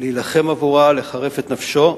להילחם עבורם, לחרף את נפשו,